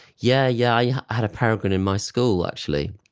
yeah yeah yeah, i had a peregrine in my school actually.